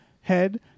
head